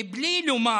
מבלי לומר: